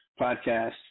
podcast